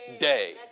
day